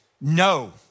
no